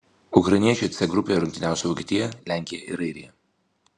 ukrainiečiai c grupėje rungtyniaus su vokietija lenkija ir airija